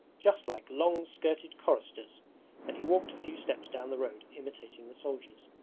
just like long-skirted choristers and he walked a few steps down the road imitating the soldiers.